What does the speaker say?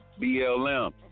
BLM